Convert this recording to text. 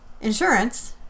insurance